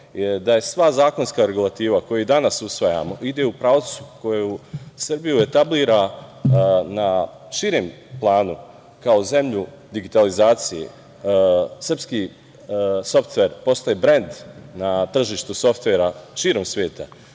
da je sva zakonska regulativa koju danas usvajamo, ide u pravcu koju Srbiju etablira na širem planu kao zemlju digitalizacije. Srpski softver postaje brend na tržištu softvera širom sveta.